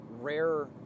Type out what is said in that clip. Rare